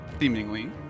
seemingly